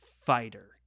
fighter